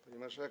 Pani Marszałek!